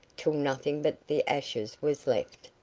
till nothing but the ashes was left.